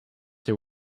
they